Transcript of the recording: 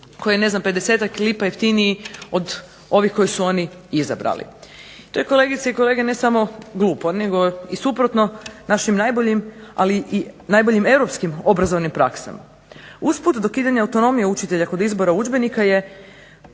koji je ne znam pedesetak lipa jeftiniji od ovih koje su oni izabrani. To je kolegice i kolege ne samo glupo nego i suprotno našim najboljim ali i najboljim europskim obrazovnim praksama. Usput dokidanja autonomije učitelja kod izbora udžbenika je